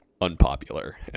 unpopular